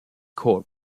court